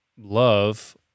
love